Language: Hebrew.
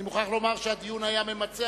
אני מוכרח לומר שהדיון היה ממצה,